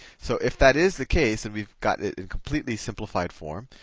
so if that is the case and we've got it in completely simplified form,